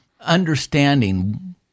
understanding